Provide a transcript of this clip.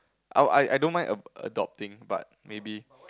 I I don't mind a~ adopting but maybe